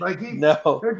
No